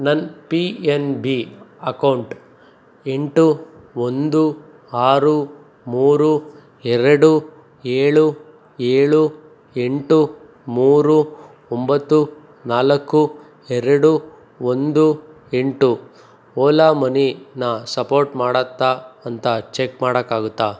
ನನ್ನ P N B account ಎಂಟು ಒಂದು ಆರು ಮೂರು ಎರಡು ಏಳು ಏಳು ಎಂಟು ಮೂರು ಒಂಬತ್ತು ನಾಲ್ಕು ಎರಡು ಒಂದು ಎಂಟು ಓಲಾ ಮನಿನ ಸಪೋರ್ಟ್ ಮಾಡುತ್ತಾ ಅಂತ ಚಕ್ ಮಾಡೋಕ್ಕಾಗುತ್ತಾ